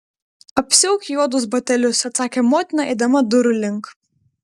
apsiauk juodus batelius atsakė motina eidama durų link